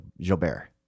Gilbert